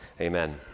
Amen